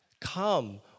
Come